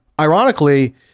Ironically